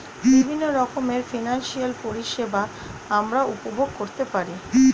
বিভিন্ন রকমের ফিনান্সিয়াল পরিষেবা আমরা উপভোগ করতে পারি